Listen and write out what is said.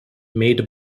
made